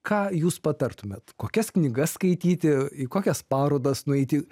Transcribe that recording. ką jūs patartumėt kokias knygas skaityti į kokias parodas nueiti